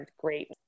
great